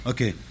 Okay